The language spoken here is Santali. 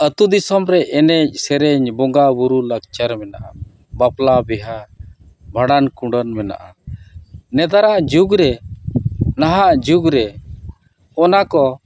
ᱟᱛᱳ ᱫᱤᱥᱚᱢ ᱨᱮ ᱮᱱᱮᱡ ᱥᱮᱨᱮᱧ ᱵᱚᱸᱜᱟ ᱵᱳᱨᱳ ᱞᱟᱠᱪᱟᱨ ᱢᱮᱱᱟᱜᱼᱟ ᱵᱟᱯᱞᱟ ᱵᱤᱦᱟᱹ ᱵᱷᱟᱸᱰᱟᱱ ᱠᱩᱰᱟᱹᱱ ᱢᱮᱱᱟᱜᱼᱟ ᱱᱮᱛᱟᱨᱟᱜ ᱡᱩᱜᱽ ᱨᱮ ᱱᱟᱦᱟᱜ ᱡᱩᱜᱽ ᱨᱮ ᱚᱱᱟ ᱠᱚ